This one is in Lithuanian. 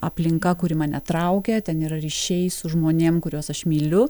aplinka kuri mane traukia ten yra ryšiai su žmonėm kuriuos aš myliu